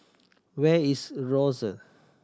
where is Rosyth